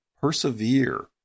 Persevere